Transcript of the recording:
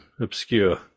obscure